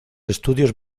estudios